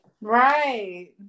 right